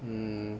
mm